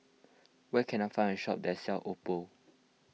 where can I find a shop that sells Oppo